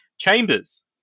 chambers